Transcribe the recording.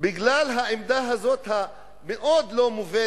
בגלל העמדה הזאת הלא-מובנת